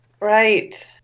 Right